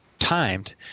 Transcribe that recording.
timed